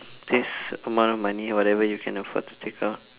this amount of money whatever you can afford to take out